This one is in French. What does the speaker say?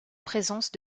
présence